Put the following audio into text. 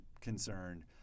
concerned